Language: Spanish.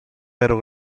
pero